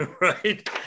right